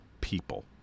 people